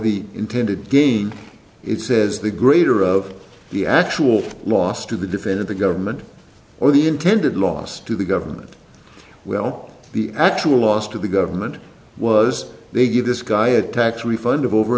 the intended gain it says the greater of the actual loss to the defendant the government or the intended loss to the government will the actual loss to the government was they give this guy a tax refund of over